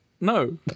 No